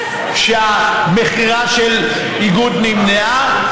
והמכירה של איגוד נמנעה,